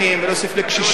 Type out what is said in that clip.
להוסיף לקשישים,